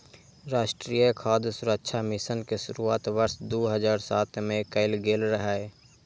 राष्ट्रीय खाद्य सुरक्षा मिशन के शुरुआत वर्ष दू हजार सात मे कैल गेल रहै